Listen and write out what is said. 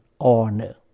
honor